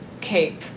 cape